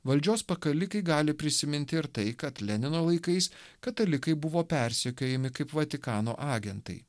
valdžios pakalikai gali prisiminti ir tai kad lenino laikais katalikai buvo persekiojami kaip vatikano agentai